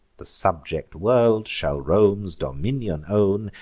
the subject world shall rome's dominion own,